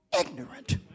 ignorant